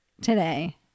today